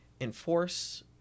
enforce